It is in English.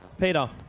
Peter